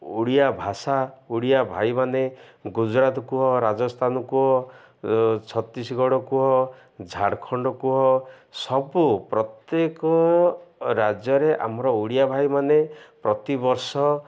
ଓଡ଼ିଆ ଭାଷା ଓଡ଼ିଆ ଭାଇମାନେ ଗୁଜୁରାଟ କୁହ ରାଜସ୍ଥାନ କୁହ ଛତିଶଗଡ଼ କୁହ ଝାଡ଼ଖଣ୍ଡ କୁହ ସବୁ ପ୍ରତ୍ୟେକ ରାଜ୍ୟରେ ଆମର ଓଡ଼ିଆ ଭାଇମାନେ ପ୍ରତିବର୍ଷ